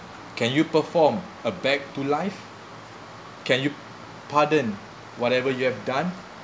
can you perform a back to life can you pardon whatever you have done